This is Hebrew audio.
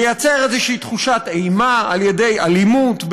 לייצר איזושהי תחושת אימה על-ידי אלימות,